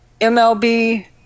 MLB